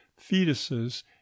Fetuses